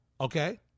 okay